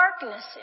darkness